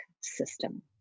system